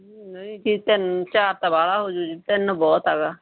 ਨਹੀਂ ਜੀ ਤਿੰਨ ਚਾਰ ਤਾ ਵਾਹਲਾ ਹੋਜੂ ਜੀ ਤਿੰਨ ਬਹੁਤ ਆਗਾ